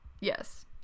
Yes